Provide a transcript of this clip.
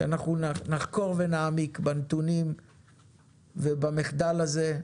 שאנחנו נחקור ונעמיק בנתונים ובמחדל הזה,